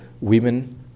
women